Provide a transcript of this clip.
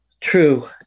True